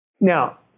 Now